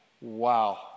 Wow